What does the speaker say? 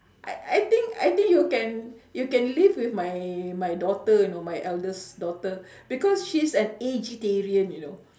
I I think I think you can you can live with my my daughter you know my eldest daughter because she is an eggetarian you know